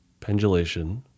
pendulation